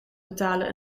betalen